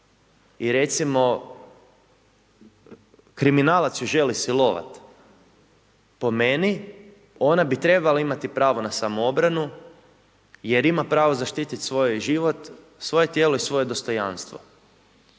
i recimo, kriminalac ju želi silovati, po meni, ona bi trebala imati pravo na samoobranu jer ima pravo zaštititi svoj život, svoje tijelo i svoje dostojanstvo.